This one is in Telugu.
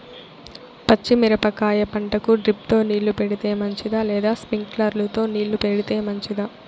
పచ్చి మిరపకాయ పంటకు డ్రిప్ తో నీళ్లు పెడితే మంచిదా లేదా స్ప్రింక్లర్లు తో నీళ్లు పెడితే మంచిదా?